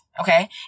Okay